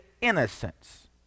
innocence